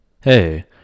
Hey